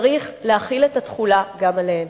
צריך להחיל את זה גם עליהן.